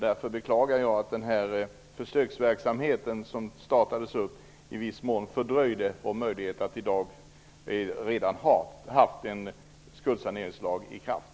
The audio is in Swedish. Därför beklagar jag att försöksverksamheten i viss mån fördröjde vår möjlighet att redan i dag ha en skuldsaneringslag i kraft.